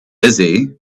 busy